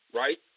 right